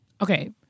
okay